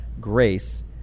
Grace